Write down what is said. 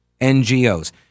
NGOs